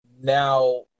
Now